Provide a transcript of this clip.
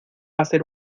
hacer